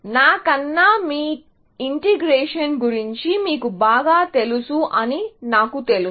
నాకన్నా మీ ఇంటిగ్రేషన్ గురించి మీకు బాగా తెలుసు అని నాకు తెలుసు